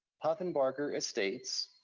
puffenbarger estates.